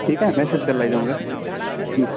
ठीकु आहे मैसेज करे लाहिजो मूंखे जी